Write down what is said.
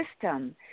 system